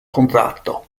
contratto